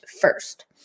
first